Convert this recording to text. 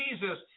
Jesus